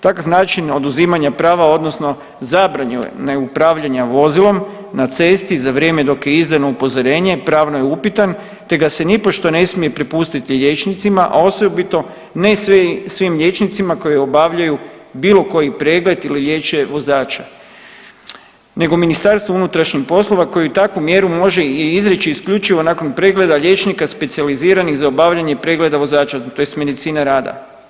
Takav način oduzimanja prava odnosno zabrane upravljanja vozilom na cesti za vrijeme dok je izdano upozorenje pravno je upitan, te ga se nipošto ne smije prepustiti liječnicima, a osobito ne svim liječnicima koji obavljaju bilo koji pregled ili liječe vozača, nego MUP koji takvu mjeru može i izreći isključivo nakon pregleda liječnika specijaliziranih za obavljanje pregleda vozača tj. medicina rada.